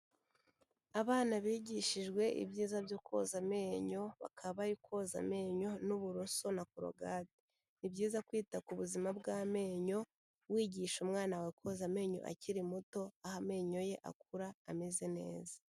Abana bigishijwe ibyiza byo koza amenyo bakaba bari koza amenyo n'uburoso na korogate, ni byiza kwita ku buzima bw'amenyo, wigisha umwana wawe koza amenyo akiri muto, aho amenyo ye akura ameze neza.